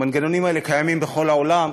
המנגנונים האלה קיימים בכל העולם.